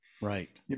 Right